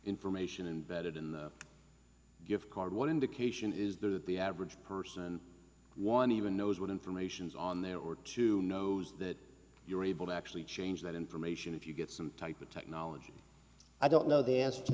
information imbedded in the gift card what indication is that the average person one even knows what information is on there or to knows that you're able to actually change that information if you get some type of technology i don't know the answer to